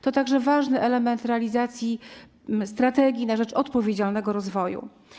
To także ważny element realizacji strategii na rzecz odpowiedzialnego rozwoju.